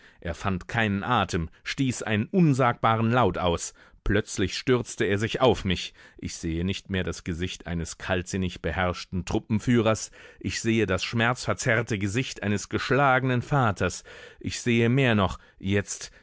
er fand keinen atem stieß einen unsagbaren laut aus plötzlich stürzt er sich auf mich ich sehe nicht mehr das gesicht eines kaltsinnig beherrschten truppenführers ich sehe das schmerzverzerrte gesicht eines geschlagenen vaters ich sehe mehr noch jetzt